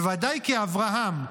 בוודאי כי אברהם,